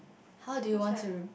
how do you want to